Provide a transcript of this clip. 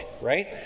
right